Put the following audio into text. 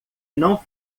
não